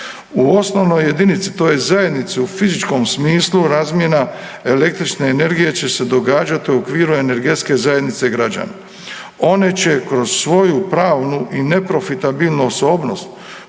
U osnovnoj jedinici, u toj zajednici u fizičkom smislu razmjena električne energije će se događati u okviru energetske zajednice građana. One će kroz svoju pravnu i neprofitabilnu osobnost